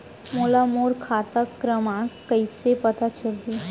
मोला मोर खाता क्रमाँक कइसे पता चलही?